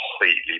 completely